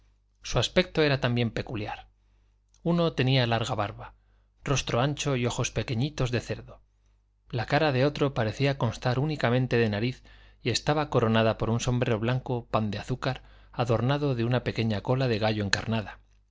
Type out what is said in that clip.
su aspecto era también peculiar uno tenía larga barba rostro ancho y ojos pequeñitos de cerdo la cara de otro parecía constar únicamente de nariz y estaba coronada por un sombrero blanco pan de azúcar adornado de una pequeña cola de gallo encarnada